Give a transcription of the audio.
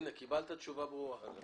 הנה, קיבלת תשובה ברורה.